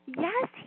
Yes